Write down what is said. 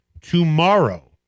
tomorrow